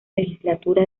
legislatura